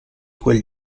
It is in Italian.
quel